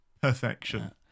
Perfection